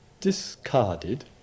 discarded